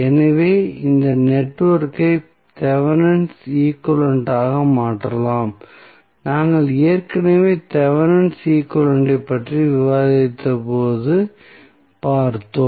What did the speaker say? எனவே இந்த நெட்வொர்க்கை தெவெனினின் ஈக்வலன்ட் ஆக மாற்றலாம் நாங்கள் ஏற்கனவே தெவெனினின் ஈக்வலன்ட் ஐப் பற்றி விவாதித்தபோது பார்த்தோம்